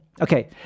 Okay